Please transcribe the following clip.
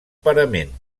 parament